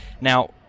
Now